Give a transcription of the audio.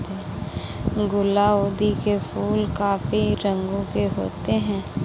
गुलाउदी के फूल काफी रंगों के होते हैं